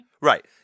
Right